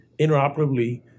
interoperably